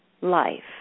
life